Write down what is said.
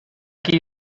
aquí